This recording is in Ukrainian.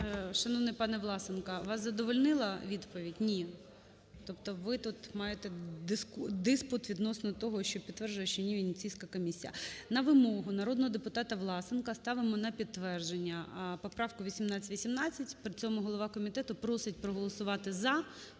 Шановний пане Власенко, вас задовольнила відповідь? Ні. Тобто ви тут маєте диспут відносно того, що підтверджує, що ні Венеційська комісія. На вимогу народного депутата Власенка ставимо на підтвердження поправку 1818. При цьому голова комітету просить проголосувати "за",